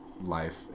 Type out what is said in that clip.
life